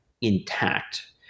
intact